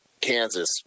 Kansas